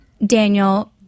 Daniel